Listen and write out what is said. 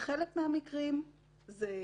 בחלק מהמקרים זו